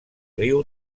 riu